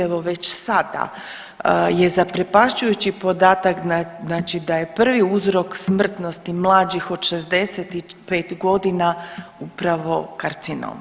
Evo već sada je zaprepašćujući podatak da je prvi uzrok smrtnosti mlađih od 65 godina upravo karcinom.